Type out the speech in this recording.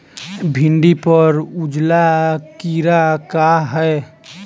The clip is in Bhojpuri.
भिंडी पर उजला कीड़ा का है?